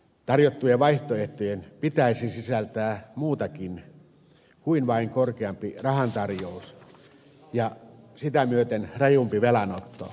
tarjottujen vaihtoehtojen pitäisi sisältää muutakin kuin vain korkeampi rahantarjous ja sitä myöten rajumpi velanotto